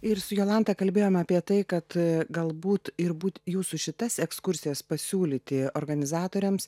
ir su jolanta kalbėjom apie tai kad galbūt ir būt jūsų šitas ekskursijas pasiūlyti organizatoriams